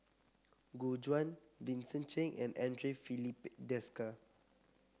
Gu Juan Vincent Cheng and Andre Filipe Desker